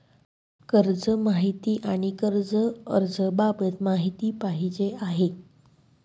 कर्ज माहिती आणि कर्ज अर्ज बाबत माहिती पाहिजे आहे